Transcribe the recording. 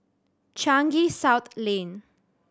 Changi South Lane